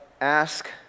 ask